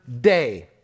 day